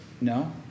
No